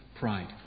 pride